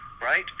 right